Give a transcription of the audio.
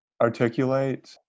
articulate